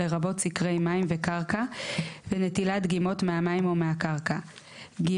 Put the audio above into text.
לרבות סקרי מים וקרקע ונטילת דגימות מהמים או מהקרקע ; (ג)